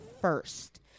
first